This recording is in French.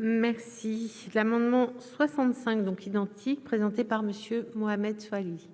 Merci l'amendement 65 donc identiques, présentée par Monsieur Mohamed Soilihi.